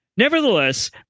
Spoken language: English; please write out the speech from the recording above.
Nevertheless